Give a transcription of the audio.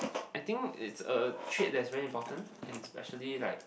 I think is a trade that is very important in especially like